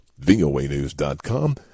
voanews.com